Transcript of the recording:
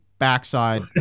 backside